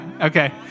Okay